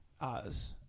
Oz